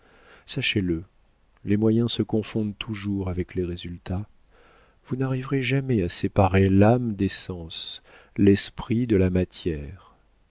sachez-le les moyens se confondent toujours avec les résultats vous n'arriverez jamais à séparer l'âme des sens l'esprit de la matière